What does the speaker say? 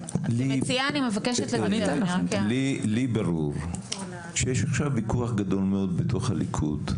לי ברור שיש עכשיו ויכוח גדול מאוד בתוך הליכוד,